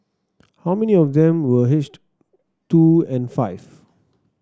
how many of them were aged two and five